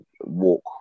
walk